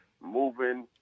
moving